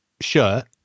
shirt